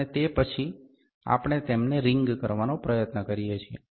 અને તે પછી આપણે તેમને રિંગ કરવાનો પ્રયત્ન કરીએ છીએ